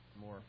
more